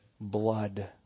blood